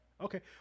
Okay